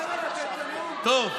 טוב.